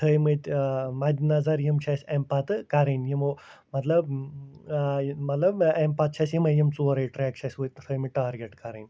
تھٲیمٕتۍ مَدِ نظر یِم چھِ اَسہِ اَمہِ پَتہٕ کَرٕنۍ یِمو مطلب مطلب اَمہِ پَتہٕ چھِ اَسہِ یِمَے یِم ژورَے ٹرٛٮ۪ک چھِ اَسہِ وۄںۍ تھٲیمٕتۍ ٹارگیٹ کَرٕنۍ